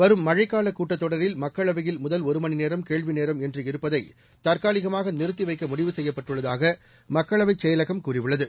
வரும் மழைக்கால கூட்டத் தொடரில் மக்களவையில் முதல் ஒரு மணி நேரம் கேள்விநேரம் என்று இருப்பதை தற்காலிகமாக நிறுத்தி வைக்க முடிவு செய்யப்பட்டுள்ளதாக மக்களவைச் செயலகம் கூறியுள்ளது